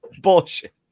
bullshit